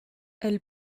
elle